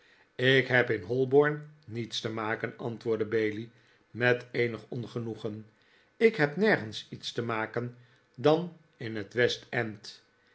ik heb in holborn niets te maken antwoordde bailey met eenig ongenoegen ik heb nergens iets te maken dan in het